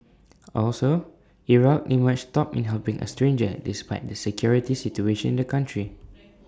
also Iraq emerged top in helping A stranger despite the security situation in the country